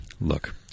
Look